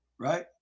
right